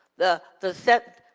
the the set,